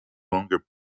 longer